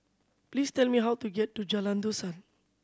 please tell me how to get to Jalan Dusan